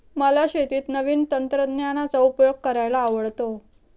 मला शेतीत नवीन तंत्रज्ञानाचा उपयोग करायला आवडतो